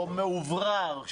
או מאוורר,